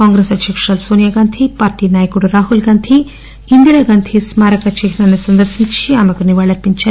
Congress అధ్యకురాలు Sonia Gandhi party నాయకుడు రాహుల్ గాంధీ ఇందిరాగాంధీ స్మారక చిహ్న్ని సందర్శించి ఆమెకు నివాళి అర్పించారు